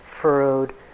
furrowed